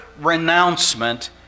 renouncement